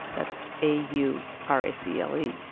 that's a u r a c l e.